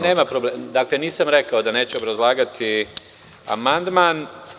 Nema problema, nisam rekao da neću obrazlagati amandman.